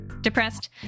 Depressed